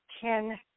ten